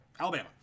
Alabama